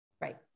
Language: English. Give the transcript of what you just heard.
Right